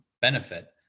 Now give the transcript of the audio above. benefit